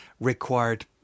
required